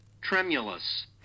Tremulous